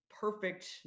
perfect